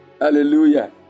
Hallelujah